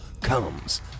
comes